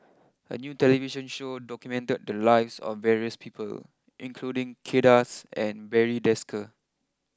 a new television show documented the lives of various people including Kay Das and Barry Desker